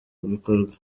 bikorwa